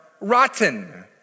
rotten